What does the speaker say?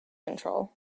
control